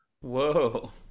Whoa